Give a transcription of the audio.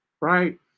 right